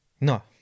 No